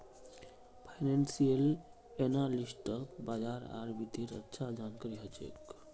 financial एनालिस्टक बाजार आर वित्तेर अच्छा जानकारी ह छेक